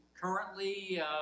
currently